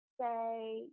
say